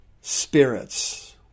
spirits